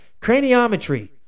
craniometry